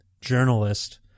journalist